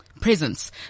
presence